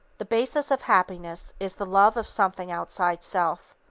the basis of happiness is the love of something outside self.